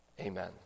Amen